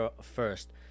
first